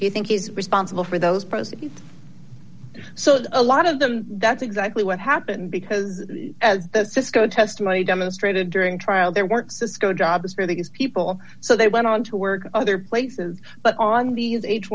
do you think is responsible for those present so a lot of them that's exactly what happened because as the cisco testimony demonstrated during trial there weren't cisco jobs for these people so they went on to work other places but on these h